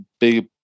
big